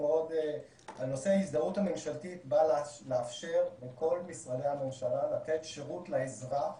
נושא ההזדהות הממשלתית בא לאפשר לכל משרדי הממשלה לתת שירות לאזרח